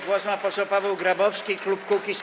Głos ma poseł Paweł Grabowski, klub Kukiz’15.